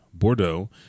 Bordeaux